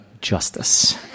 justice